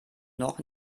noch